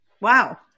Wow